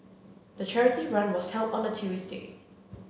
the charity run was held on a Tuesday